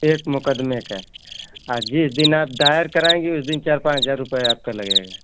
एक मुकदमें का अ जिस दिन आप दायर कराइए चार पाँच हजार आपको लगेगा